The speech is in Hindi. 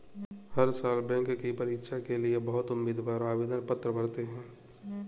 हर साल बैंक की परीक्षा के लिए बहुत उम्मीदवार आवेदन पत्र भरते हैं